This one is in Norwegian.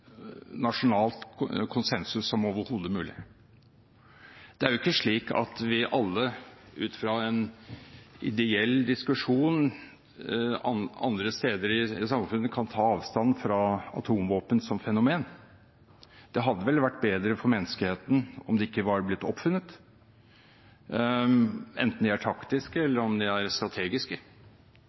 konsensus som overhodet mulig. Det er jo ikke slik at vi alle ut fra en ideell diskusjon andre steder i samfunnet kan ta avstand fra atomvåpen som fenomen. Det hadde vel vært bedre for menneskeheten om de ikke var blitt oppfunnet, enten de er taktiske eller strategiske. Det jeg har påpekt, er